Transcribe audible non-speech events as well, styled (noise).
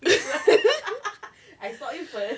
(laughs) I saw you first